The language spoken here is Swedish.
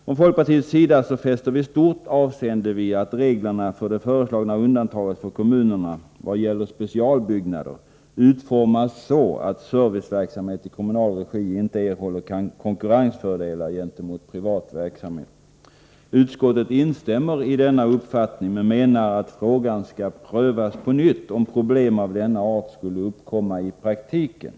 Från folkpartiets sida fäster vi stort avseende vid att reglerna för det föreslagna undantaget för kommunerna vad gäller specialbyggnader utformas så att serviceverksamhet i kommunal regi inte erhåller konkurrensfördelar gentemot privat verksamhet. Utskottet instämmer i denna uppfattning men menar att frågan skall prövas på nytt om problem av denna art skulle uppkomma i praktiken.